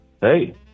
Hey